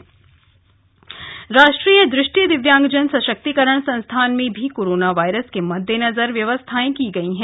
NIEPVD राष्ट्रीय दृष्टि दिव्यांगजन सशक्तिकरण संस्थान में भी कोरोना वायरस के मद्देनजर व्यवस्थाएं की गई हैं